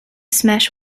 smash